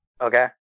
Okay